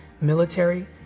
military